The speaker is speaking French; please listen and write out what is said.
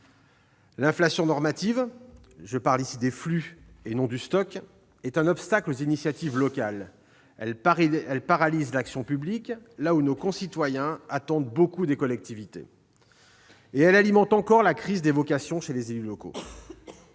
L'inflation normative- je parle ici des flux, et non du stock -est un obstacle aux initiatives locales. Elle paralyse l'action publique, là où nos concitoyens attendent beaucoup des collectivités. Et elle alimente encore la crise des vocations chez les élus locaux.